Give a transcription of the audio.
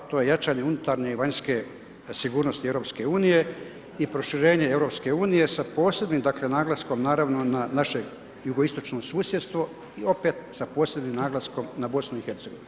To je jačanje unutarnje i vanjske sigurnosti EU i proširenje EU sa posebnim naglaskom naravno na naše jugoistočno susjedstvo i opet sa posebnim naglaskom na BiH.